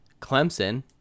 Clemson